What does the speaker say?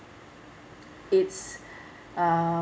it's uh